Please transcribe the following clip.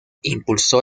impulsó